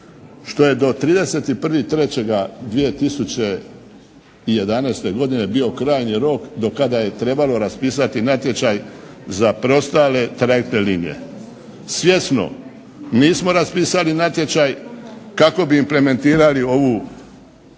što je 31.3.2011. godine bio krajnji rok do kada je trebalo raspisati natječaj za preostale trajektne linije. Svjesno nismo raspisali natječaj, kako bi implementirali ovu odluku